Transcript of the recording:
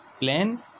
plan